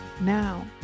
Now